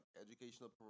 educational